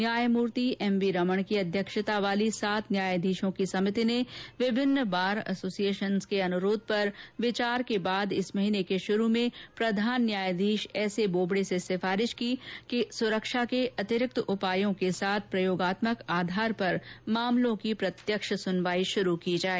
न्यायमूर्ति एमवी रमण की अध्यक्षता वाली सात न्यायाधीशों की समिति ने विभिन्न बार एसोसिएशनों के अनुरोध पर विचार के बाद इस महीने के शुरू में प्रधान न्यायाधीश एस ए बोबडे से सिफारिश की कि सुरक्षा के अतिरिक्त उपायों के साथ प्रयोगात्मक आधार पर मामलों की प्रत्यक्ष सुनवाई शुरू की जाये